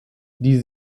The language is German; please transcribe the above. die